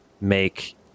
make